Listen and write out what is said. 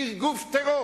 היא גוף טרור,